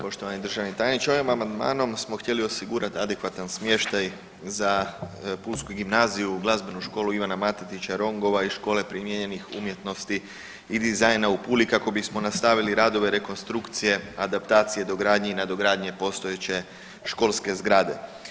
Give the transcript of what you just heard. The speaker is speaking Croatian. Poštovani državni tajniče, ovim amandmanom smo htjeli osigurat adekvatan smještaj za pulsku gimnaziju i glazbenu školu Ivana Matetića Rongova i škole primijenjenih umjetnosti i dizajna u Puli kako bismo nastavili radove rekonstrukcije, adaptacije, dogradnje i nadogradnje postojeće školske zgrade.